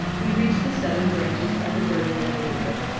we reach the southern branches of the dirty devil river,